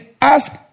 ask